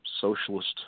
socialist